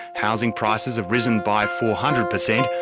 housing prices have risen by four hundred percent,